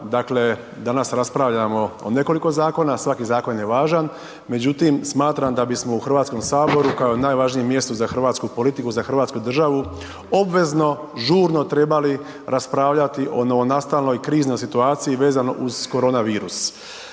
Dakle, danas raspravljamo o nekoliko zakona, svaki zakon je važan, međutim smatram da bismo u Hrvatskom saboru kao najvažnijem mjestu za hrvatsku politiku, za hrvatsku državu, obvezno, žurno trebali raspravljati o novonastaloj kriznoj situaciji vezano uz korona virus.